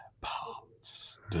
Parts